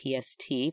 PST